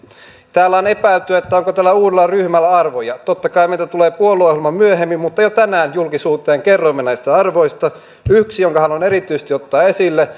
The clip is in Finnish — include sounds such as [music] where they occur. täällä on epäilty onko tällä uudella ryhmällä arvoja totta kai meiltä tulee puolueohjelma myöhemmin mutta jo tänään julkisuuteen kerroimme näistä arvoista yksi jonka haluan erityisesti ottaa esille [unintelligible]